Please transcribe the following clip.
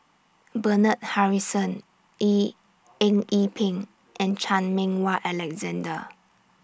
Bernard Harrison Yee Eng Yee Peng and Chan Meng Wah Alexander